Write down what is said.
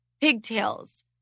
Pigtails